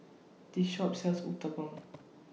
This Shop sells Uthapam